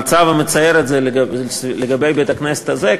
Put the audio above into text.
המצב המצער הזה לגבי בית-הכנסת הזה,